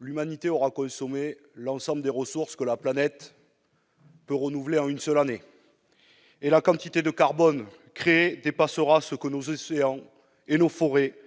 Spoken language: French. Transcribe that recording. l'Humanité aura consommé l'ensemble des ressources que la planète peut renouveler en une seule année. La quantité de carbone émise dépassera ce que nos océans et nos forêts